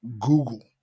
Google